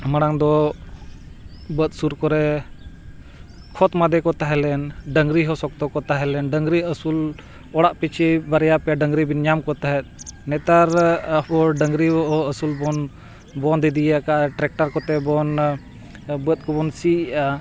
ᱢᱟᱲᱟᱝ ᱫᱚ ᱵᱟᱹᱫᱽ ᱥᱩᱨ ᱠᱚᱨᱮ ᱠᱷᱚᱛ ᱢᱟᱫᱮ ᱠᱚ ᱛᱟᱦᱮᱸ ᱞᱮᱱ ᱰᱟᱹᱝᱨᱤ ᱦᱚᱸ ᱥᱚᱠᱛᱚ ᱠᱚ ᱛᱟᱦᱮᱸ ᱞᱮᱱ ᱰᱟᱹᱝᱨᱤ ᱟᱹᱥᱩᱞ ᱚᱲᱟᱜ ᱯᱤᱪᱷᱤ ᱵᱟᱨᱭᱟ ᱯᱮᱭᱟ ᱰᱟᱹᱝᱨᱤ ᱵᱤᱱ ᱧᱟᱢ ᱠᱚ ᱛᱟᱦᱮᱸᱫ ᱱᱮᱛᱟᱨ ᱦᱚᱲ ᱰᱟᱹᱝᱨᱤ ᱟᱹᱥᱩᱞ ᱵᱚᱱ ᱵᱚᱸᱫᱷ ᱤᱫᱤᱭ ᱠᱟᱜᱼᱟ ᱴᱨᱮᱠᱴᱟᱨ ᱠᱚᱛᱮ ᱵᱚᱱ ᱵᱟᱹᱫᱽ ᱠᱚᱵᱚᱱ ᱥᱤᱭᱮᱜᱼᱟ